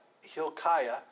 Hilkiah